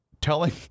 telling